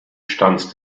stand